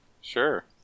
sure